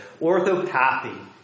Orthopathy